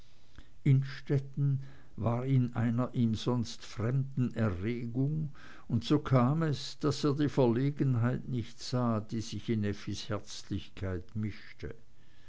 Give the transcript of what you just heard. innstetten war in einer ihm sonst fremden erregung und so kam es daß er die verlegenheit nicht sah die sich in effis herzlichkeit mischte